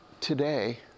today